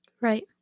Right